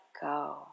go